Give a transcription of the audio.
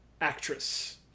actress